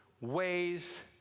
ways